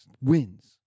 wins